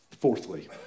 Fourthly